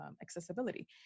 accessibility